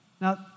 Now